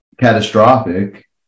catastrophic